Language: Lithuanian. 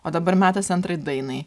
o dabar metas antrai dainai